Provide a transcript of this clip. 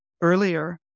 earlier